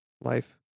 life